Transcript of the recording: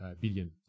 billion